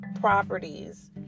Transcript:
properties